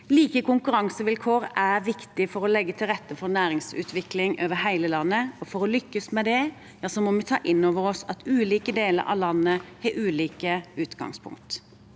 Like konkurransevilkår er viktig for å legge til rette for næringsutvikling over hele landet. For å lykkes med det må vi ta innover oss at ulike deler av landet har ulike utgangspunkt.